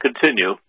continue